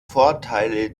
vorteile